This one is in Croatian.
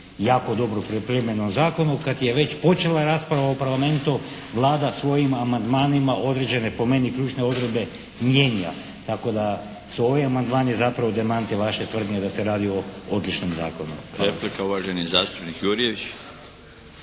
jako dobro pripremljeno u zakonu kad je već počela rasprava u Parlamentu, Vlada svojim amandmanima određene po meni ključne odredbe mijenja tako da su ovi amandmani zapravo demanti vaše tvrdnje da se radi o odličnom zakonu. **Milinović, Darko (HDZ)** Replika, uvaženi zastupnik Jurjević.